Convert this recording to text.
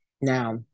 Now